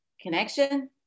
Connection